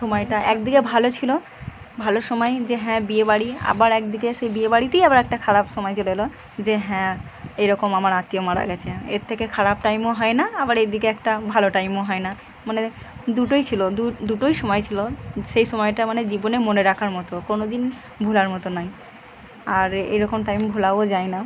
সময়টা একদিকে ভালো ছিলো ভালো সময় যে হ্যাঁ বিয়ে বাড়ি আবার একদিকে সে বিয়ে বাড়িতেই আবার একটা খারাপ সময় চলে এলো যে হ্যাঁ এই রকম আমার আত্মীয় মারা গেছে এর থেকে খারাপ টাইমও হয় না আবার এদিকে একটা ভালো টাইমও হয় না মানে দুটোই ছিলো দুটোই সময় ছিলো সেই সময়টা মানে জীবনে মনে রাখার মতো কোনো দিন ভোলার মতো নয় আর এরকম টাইম ভুলাও যায় না